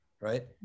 right